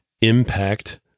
Impact